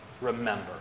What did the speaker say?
remember